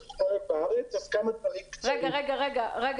אז כמה דברים קצרים -- רגע רונן,